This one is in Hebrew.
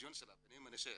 בני מנשה,